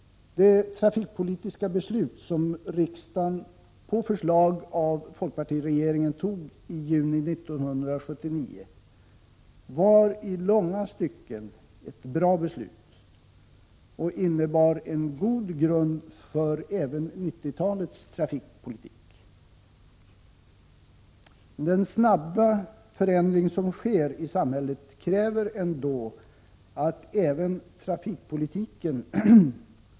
Det trafikpolitiska beslut som riksdagen på förslag av folkpartiregeringen togi juni 1979 var i långa stycken ett bra beslut och innebar en god grund även för 1990-talets trafikpolitik. Den snabba förändring som sker i samhället kräver ändå en översyn även av trafikpolitiken.